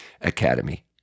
academy